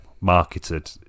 marketed